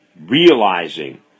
realizing